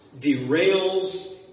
derails